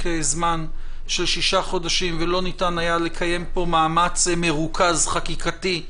זמן של שישה חודשים ולא ניתן היה לקיים פה מאמץ מרוכז חקיקתי,